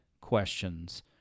questions